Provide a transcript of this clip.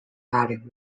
adding